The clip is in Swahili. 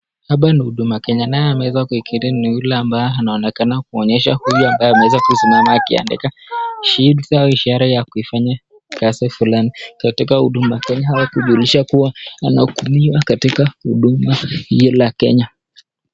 Hapa ni Huduma Kenya naye ameweza kuekelea ni yule ambaye anaonekana kuonyesha huyu ambaye ameweza kusimama akiandika sheet au ishara ya kuifanya kazi fulani katika Huduma Kenya ya kujulisha kuwa anahudumiwa katika huduma hii la Kenya.